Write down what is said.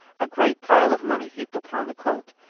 a great pile of money heaped upon the coat,